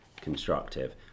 constructive